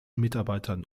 mitarbeitern